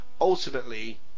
ultimately